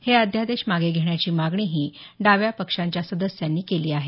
हे अध्यादेश मागे घेण्याची मागणीही डाव्या पक्षांच्या सदस्यांनी केली आहे